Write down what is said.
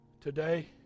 Today